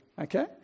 Okay